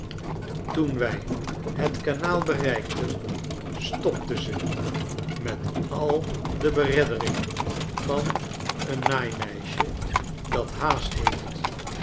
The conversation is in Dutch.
toen wij het kanaal bereikten stopte ze met al de bereddering van een naaimeisje dat haast heeft